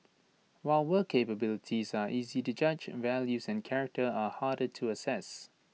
while work capabilities are easy to judge values and character are harder to assess